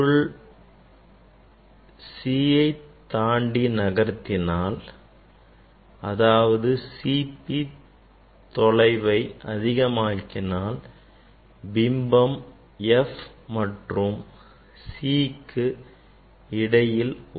பொருளை C ஜ தாண்டி நகர்த்தினால் அதாவது CP தொலைவை அதிகமாக்கினால் பிம்பம் F மற்றும் Cக்கு இடையில் கிடைக்கும்